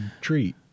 treat